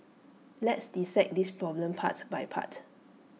let's dissect this problem parts by part